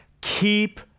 keep